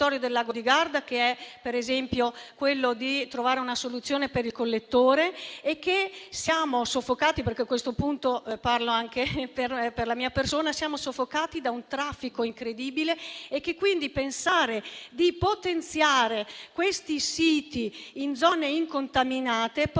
del Lago di Garda quali per esempio trovare una soluzione per il collettore, e che siamo soffocati (perché a questo punto parlo anche per la mia persona) da un traffico incredibile e quindi pensare di potenziare questi siti in zone incontaminate